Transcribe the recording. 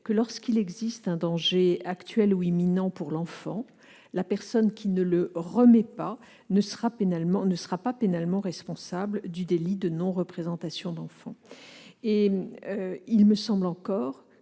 que, lorsqu'il existe un danger actuel ou imminent pour l'enfant, la personne qui ne le remet pas ne sera pas pénalement responsable du délit de non-représentation d'enfant. En outre, si l'intérêt